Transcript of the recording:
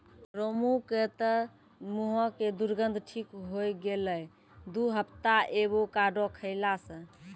रामू के तॅ मुहों के दुर्गंध ठीक होय गेलै दू हफ्ता एवोकाडो खैला स